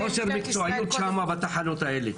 יש חוסר מקצועיות שם בתחנות האלה